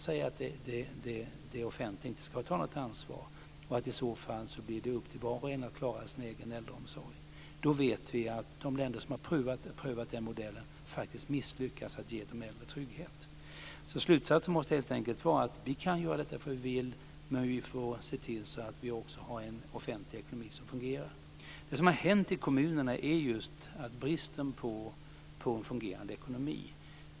Säg att det offentliga inte ska ta något ansvar. I så fall blir det upp till var och en att klara sin egen äldreomsorg. Vi vet att de länder som har prövat den modellen har misslyckats att ge de äldre trygghet. Slutsatsen måste helt enkelt vara att vi kan göra detta därför att vi vill. Men vi måste se till att vi också har en offentlig ekonomi som fungerar. Det som har hänt i kommunerna är just att det är brist på en fungerande ekonomi.